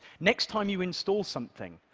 next time you install something,